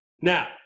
Now